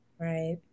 right